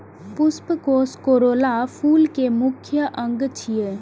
पुष्पकोष कोरोला फूल के मुख्य अंग छियै